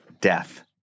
death